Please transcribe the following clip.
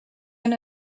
been